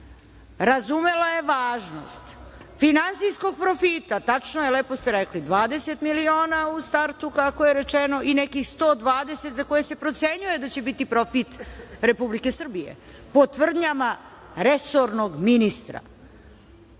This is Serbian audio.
razumela je važnost finansijskog profita. Tačno je, lepo ste rekli, 20 miliona u startu, kako je rečeno, i nekih 120 za koje se procenjuje da će biti profit Republike Srbije, po tvrdnjama resornog ministra.